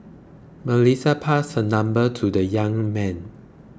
Melissa passed her number to the young man